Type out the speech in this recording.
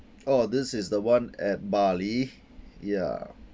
oh this is the one at bali ya